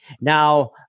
Now